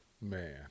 Man